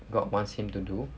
god wants him to do